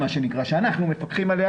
שאנחנו מפקחים עליה.